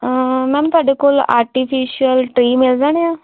ma'am ਤੁਹਾਡੇ ਕੋਲ artificial tree ਮਿਲ ਜਾਣੇ ਆ